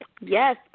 Yes